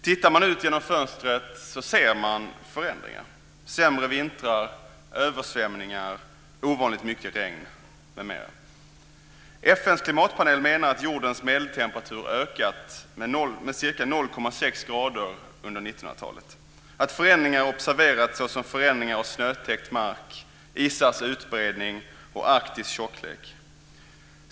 Tittar man ut genom fönstret ser man förändringar: sämre vintrar, översvämningar, ovanligt mycket regn m.m. FN:s klimatpanel menar att jordens medeltemperatur har ökat med ca 0,6 grader under 1900-talet. Förändringar har observerats, t.ex. när det gäller snötäckt mark, isars utbredning och Arktis tjocklek.